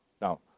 Now